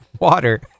water